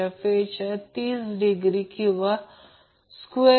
तर या प्रकरणात हे पीक व्हॅल्यू √2 V